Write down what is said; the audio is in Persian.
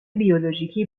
بیولوژیکی